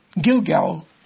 Gilgal